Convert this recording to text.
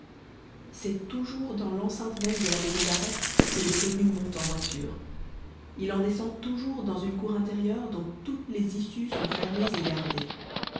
c'est toujours dans l'enceinte même de la maison d'arrêt que le prévenu monte en voiture il en descend toujours dans une cour intérieure dont toutes les issues sont fermées et gardées